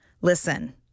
listen